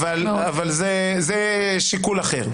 אבל זה שיקול אחר.